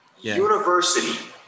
University